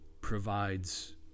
provides